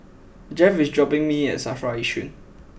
Jeff is dropping me at Safra Yishun